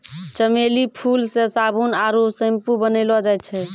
चमेली फूल से साबुन आरु सैम्पू बनैलो जाय छै